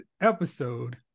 episode